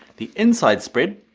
the inside spread,